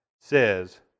says